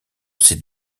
ces